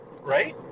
right